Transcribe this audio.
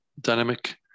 dynamic